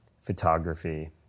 photography